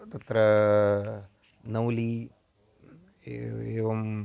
तत्र नौली एव एवम्